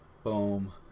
boom